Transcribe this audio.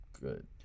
Good